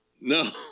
No